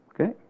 Okay